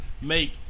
make